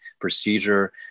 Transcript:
procedure